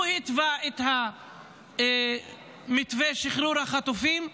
הוא התווה את מתווה שחרור החטופים,